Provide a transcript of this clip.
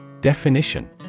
Definition